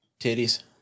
Titties